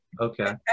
Okay